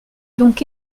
donc